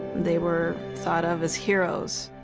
they were thought of as heroes.